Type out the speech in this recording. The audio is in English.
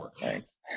thanks